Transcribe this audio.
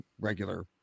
regular